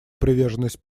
приверженность